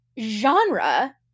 Genre